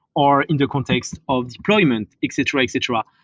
or in the context of deployment, etc, etc.